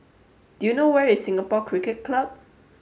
do you know where is Singapore Cricket Club